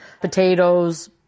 potatoes